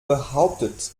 behauptet